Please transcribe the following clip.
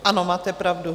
Ano, máte pravdu.